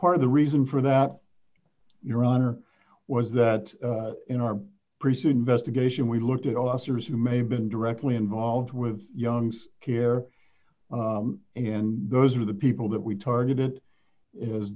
part of the reason for that your honor was that in our pursuit investigation we looked at officers who may have been directly involved with young's care and those are the people that we targeted